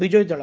ବିଜୟୀ ଦଳ